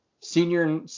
Senior